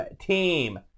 Team